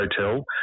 Hotel